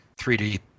3D